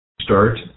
start